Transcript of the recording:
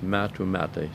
metų metai